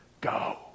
go